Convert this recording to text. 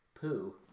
poo